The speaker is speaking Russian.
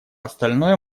остальное